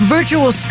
Virtual